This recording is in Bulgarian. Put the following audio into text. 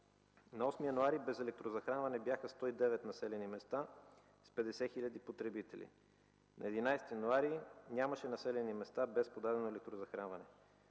на 8 януари без електрозахранване бяха 109 населени места с 50 хил. потребители. На 11 януари т. г. нямаше населени места без подадено електрозахранване.